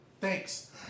Thanks